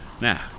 Now